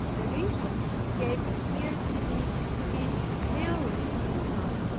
the reason she gave appeared to me to be merely human,